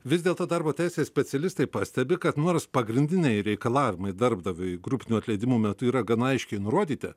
vis dėlto darbo teisės specialistai pastebi kad nors pagrindiniai reikalavimai darbdaviui grupinių atleidimų metu yra gana aiškiai nurodyti